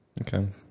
Okay